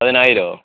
പതിനായിരവോ